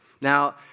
Now